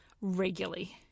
regularly